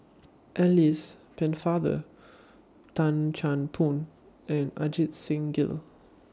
Alice Pennefather Tan Chan Boon and Ajit Singh Gill